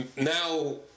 now